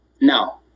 No